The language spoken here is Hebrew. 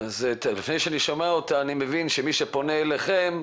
אני מבין שמי שפונה אליכם,